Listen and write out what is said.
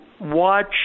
watch